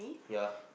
ya